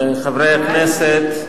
חברי הכנסת,